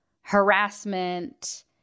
harassment